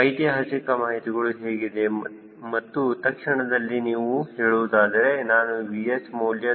ಐತಿಹಾಸಿಕ ಮಾಹಿತಿಗಳು ಹೇಗಿದೆ ಮತ್ತು ತಕ್ಷಣದಲ್ಲಿ ನೀವು ಹೇಳುವುದಾದರೆ ನಾನು VH ಮೌಲ್ಯ 0